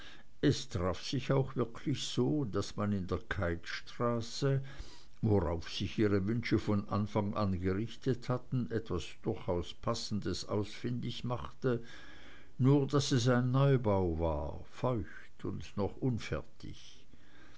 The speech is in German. es traf sich auch wirklich so daß man in der keithstraße worauf sich ihre wünsche von anfang an gerichtet hatten etwas durchaus passendes ausfindig machte nur daß es ein neubau war feucht und noch unfertig